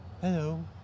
Hello